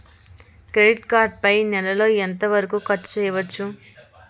Credit card పై నెల లో ఎంత వరకూ ఖర్చు చేయవచ్చు?